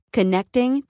Connecting